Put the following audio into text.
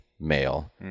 male